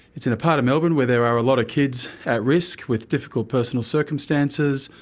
it's in a part of melbourne where there are a lot of kids at risk, with difficult personal circumstances,